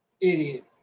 idiot